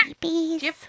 babies